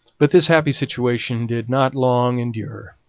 but this happy situation did not long endure.